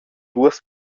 duas